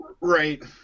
Right